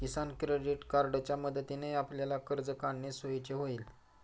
किसान credit कार्डच्या मदतीने आपल्याला कर्ज काढणे सोयीचे होईल